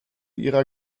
ihrer